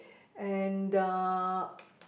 and the